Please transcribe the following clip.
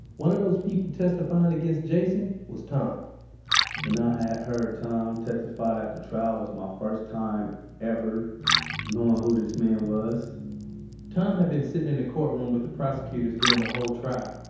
one of those people testifying against jason was tom when i had heard tom testifying at the trial, was my first time ever knowing who this man was tom had been sitting in the courtroom with the prosecutors during the whole trial,